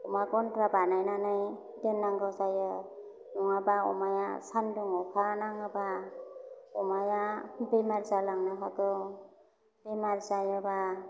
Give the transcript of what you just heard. अमा गन्द्रा बानायनानै दोननांगौ जायो नङाबा अमाया सान्दुं अखा नाङोबा अमाया बेमार जालांनो हागौ बेमार जायोबा